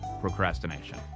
procrastination